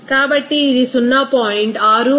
కాబట్టి ఇది 0